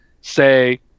say –